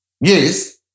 Yes